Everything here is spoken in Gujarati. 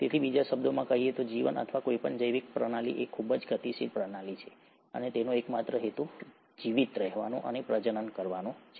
તેથી બીજા શબ્દોમાં કહીએ તો જીવન અથવા કોઈપણ જૈવિક પ્રણાલી એ ખૂબ જ ગતિશીલ પ્રણાલી છે અને તેનો એકમાત્ર હેતુ જીવિત રહેવાનો અને પ્રજનન કરવાનો છે